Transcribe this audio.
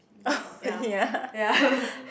oh ya